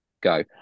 go